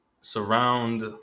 surround